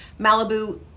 Malibu